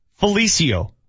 Felicio